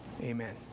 Amen